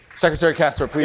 secretary castro, please,